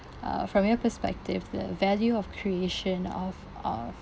uh from your perspective the value of creation of of